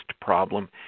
problem